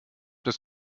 das